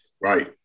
Right